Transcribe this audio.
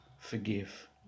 forgive